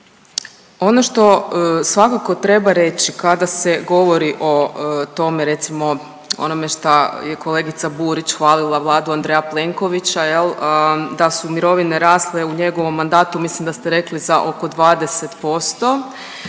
Ono što svakako treba reći kada se govori o tome recimo onome šta je kolegica Burić hvalila vladu Andreja Plenkovića da su mirovine rasle u njegovom mandatu, mislim da ste rekli za oko 20%,